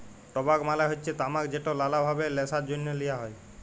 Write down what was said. টবাক মালে হচ্যে তামাক যেট লালা ভাবে ল্যাশার জ্যনহে লিয়া হ্যয়